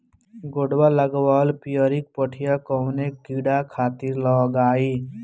गोदवा लगवाल पियरकि पठिया कवने कीड़ा खातिर लगाई?